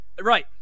Right